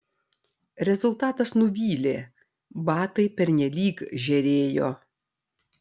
rezultatas nuvylė batai pernelyg žėrėjo